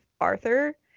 Arthur